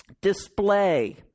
Display